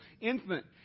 infant